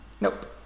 Nope